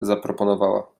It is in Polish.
zaproponowała